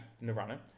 Nirvana